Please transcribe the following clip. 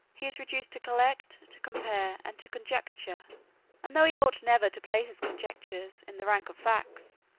he is reduced to collect, to compare, and to conjecture and though he ought never to place his conjectures in the rank of facts,